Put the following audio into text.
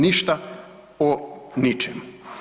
Ništa o ničemu.